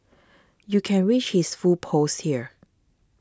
you can reach his full post here